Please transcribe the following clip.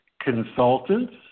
Consultants